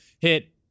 hit